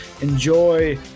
enjoy